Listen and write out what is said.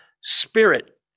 spirit